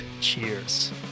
Cheers